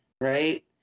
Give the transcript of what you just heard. right